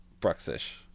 Bruxish